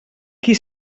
qui